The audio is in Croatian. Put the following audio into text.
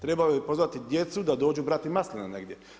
Trebao je pozvati djecu da dođu brati masline negdje?